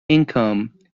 income